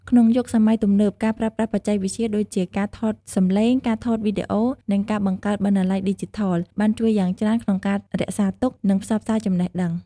ក្នុងយុគសម័យទំនើប ការប្រើប្រាស់បច្ចេកវិទ្យាដូចជាការថតសំឡេង ការថតវីដេអូ និងការបង្កើតបណ្ណាល័យឌីជីថល បានជួយយ៉ាងច្រើនក្នុងការរក្សាទុក និងផ្សព្វផ្សាយចំណេះដឹង។